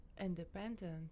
independent